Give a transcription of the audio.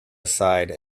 aside